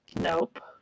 Nope